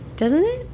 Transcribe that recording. doesn't it?